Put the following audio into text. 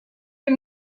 des